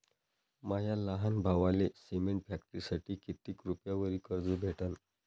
माया लहान भावाले सिमेंट फॅक्टरीसाठी कितीक रुपयावरी कर्ज भेटनं?